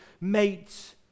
mates